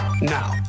Now